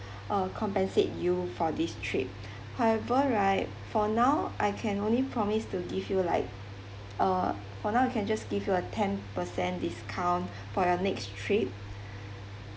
uh compensate you for this trip however right for now I can only promise to give you like uh for now you can just give you a ten percent discount for your next trip